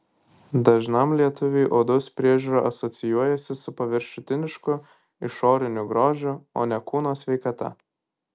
dažnam lietuviui odos priežiūra asocijuojasi su paviršutinišku išoriniu grožiu o ne kūno sveikata